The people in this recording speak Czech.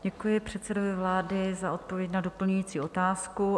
Děkuji předsedovi vlády za odpověď na doplňující otázku.